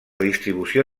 distribució